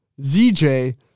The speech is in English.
ZJ